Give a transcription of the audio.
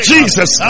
Jesus